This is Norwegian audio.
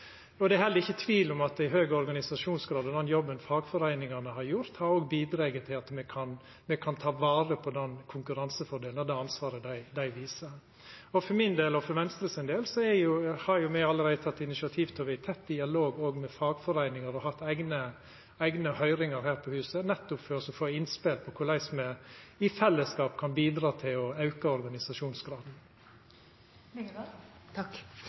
kostnader. Det er heller ikkje tvil om at ein høg organisasjonsgrad og den jobben fagforeiningane har gjort, òg har bidrege til at me kan ta vare på den konkurransefordelen og det ansvaret dei viser. For min del og for Venstres del har me allereie teke initiativ til å vera i tett dialog med fagforeiningar og har hatt eigne høyringar her på huset, nettopp for å få innspel til korleis me i fellesskap kan bidra til å auka organisasjonsgraden.